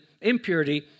impurity